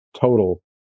total